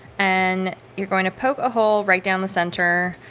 and you're going to poke a hole right down the center.